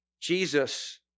Jesus